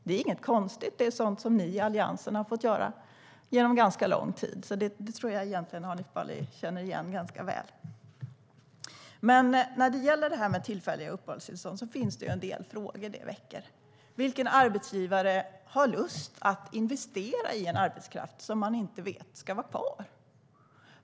Det är inget konstigt; det är sådant ni i Alliansen har fått göra under ganska lång tid. Det tror jag alltså att Hanif Bali egentligen känner igen ganska väl. När det gäller det här med tillfälliga uppehållstillstånd väcker det dock en del frågor. Vilken arbetsgivare har lust att investera i arbetskraft man inte vet om den ska vara kvar?